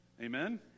Amen